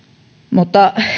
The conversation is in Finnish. mutta